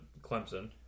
Clemson